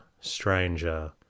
stranger